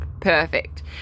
perfect